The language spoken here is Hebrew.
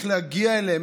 איך להגיע אליהם,